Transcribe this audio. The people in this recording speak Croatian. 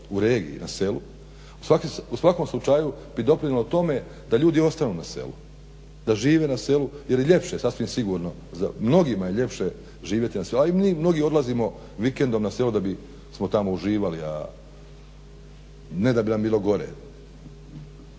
u regiji i na selu. U svakom slučaju bi doprinijelo tome da ljudi ostanu na selu, da žive na selu jer je ljepše sasvim sigurno, mnogima je ljepše živjeti na selu, a i mi mnogi odlazimo vikendom na selo da bi smo tamo uživali, a ne da bi nam bilo gore.